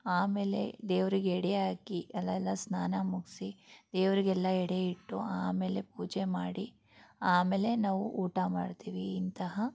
ಆಮೇಲೆ ದೇವರಿಗೆ ಎಡೆ ಹಾಕಿ ಎಲ್ಲ ಎಲ್ಲ ಸ್ನಾನ ಮುಗಿಸಿ ದೇವರಿಗೆಲ್ಲ ಎಡೆ ಇಟ್ಟು ಆಮೇಲೆ ಪೂಜೆ ಮಾಡಿ ಆಮೇಲೆ ನಾವು ಊಟ ಮಾಡ್ತೀವಿ ಇಂತಹ